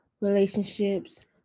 relationships